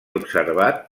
observat